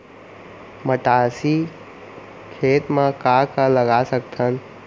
मटासी खेत म का का लगा सकथन?